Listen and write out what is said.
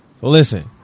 listen